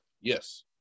Yes